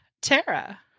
tara